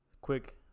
quick